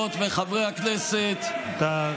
איך הציבור אמור לעשות,